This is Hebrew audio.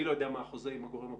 אני לא יודע מה החוזה עם הגורם הפרטי,